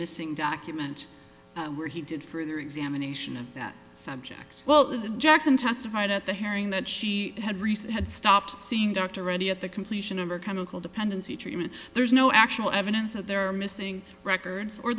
missing document where he did further examination of that subject well jackson testified at the hearing that she had recent had stopped seeing dr reddy at the completion of her chemical dependency treatment there's no actual evidence that there are missing records or